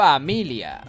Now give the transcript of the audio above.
Familia